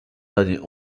derniers